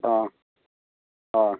ஆ ஆ